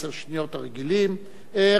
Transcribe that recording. ראשון הדוברים,